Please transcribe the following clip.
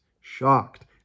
shocked